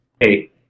hey